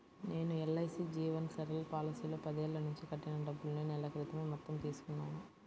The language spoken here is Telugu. నేను ఎల్.ఐ.సీ జీవన్ సరల్ పాలసీలో పదేళ్ళ నుంచి కట్టిన డబ్బుల్ని నెల క్రితం మొత్తం తీసుకున్నాను